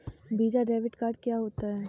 Visa debit card क्या होता है?